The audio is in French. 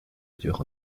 ailleurs